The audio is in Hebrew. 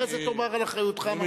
אחרי זה תאמר על אחריותך מה שאתה רוצה.